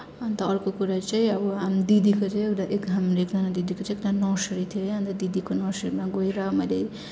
अन्त अर्को कुरा चाहिँ अब हाम्रो दिदीको चाहिँ उता एकजना दिदीको चाहिँ उता नर्सरी थियो के है अन्त दिदीको नर्सरीमा गएर मैले